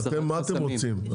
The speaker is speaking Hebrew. מה אתם רוצים,